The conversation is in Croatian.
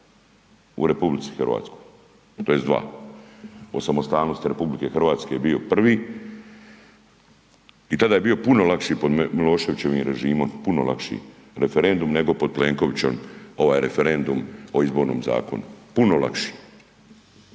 u RH, tj. dva, o samostalnosti RH je bio prvi, i tada je bio puno lakši pod Miloševićevim režimom, puno lakši referendum nego pod Plenkovićem ovaj referendum o Izbornom zakonu, puno lakši.